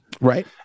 Right